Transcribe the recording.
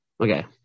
Okay